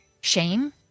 shame